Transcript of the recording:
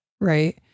right